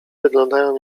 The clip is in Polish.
wyglądają